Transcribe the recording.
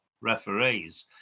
referees